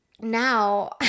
now